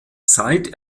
seit